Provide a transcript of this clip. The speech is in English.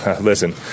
Listen